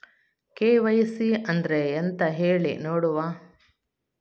KYC ಅಂದ್ರೆ ಎಂತ ಹೇಳಿ ನೋಡುವ?